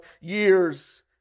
years